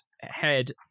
head